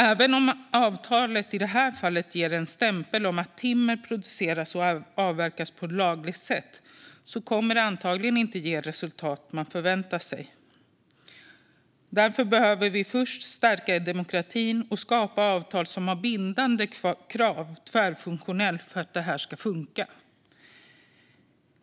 Även om avtalet i det här fallet ger en stämpel om att timmer produceras och avverkas på ett lagligt sätt kommer det antagligen inte att ge de resultat som förväntas. Därför behöver vi först stärka demokratin och skapa avtal som har bindande tvärfunktionella krav för att det ska funka.